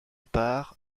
part